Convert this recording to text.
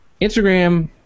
Instagram